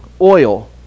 oil